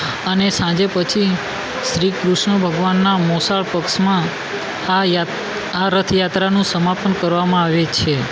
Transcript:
અને સાંજે પછી શ્રી કૃષ્ણ ભગવાનનાં મોસાળ પક્ષમાં આ આ રથયાત્રાનું સમાપન કરવામાં આવે છે